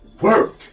Work